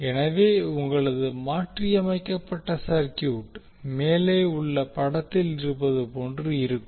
எனவே உங்களது மாற்றியமைக்கப்பட்ட சர்க்யூட் மேலே உள்ள படத்தில் இருப்பது போன்று இருக்கும்